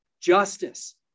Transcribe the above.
justice